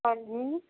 ਹਾਂਜੀ